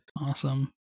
Awesome